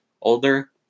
older